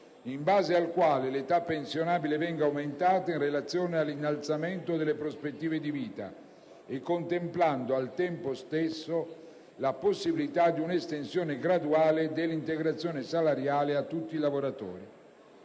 in base al quale l'età pensionabile venga aumentata in relazione all'innalzamento delle prospettive di vita e contemplando al tempo stesso la possibilità di un'estenzione graduale dell'integrazione salariale a tutti i lavoratori;